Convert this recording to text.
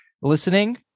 listening